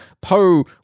Poe